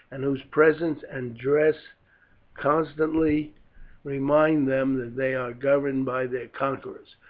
and whose presence and dress constantly remind them that they are governed by their conquerors.